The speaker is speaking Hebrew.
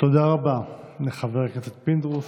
תודה רבה לחבר הכנסת פינדרוס.